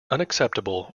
unacceptable